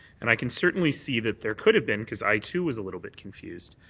and i can certainly see that there could have been because i too was a little bit confused.